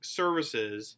services